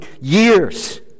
years